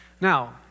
Now